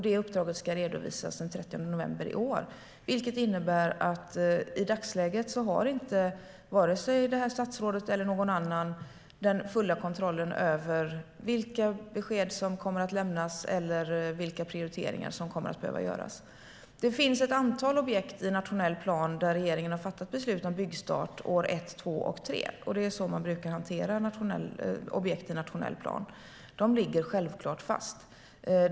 Det uppdraget ska redovisas den 30 november i år, vilket innebär att i dagsläget har varken det här statsrådet eller någon annan den fulla kontrollen över vilka besked som kommer att lämnas eller vilka prioriteringar som kommer att behöva göras. Det finns ett antal objekt i nationell plan där regeringen har fattat beslut om byggstart år ett, två och tre. Det är så man brukar hantera objekt i nationell plan. De ligger självklart fast.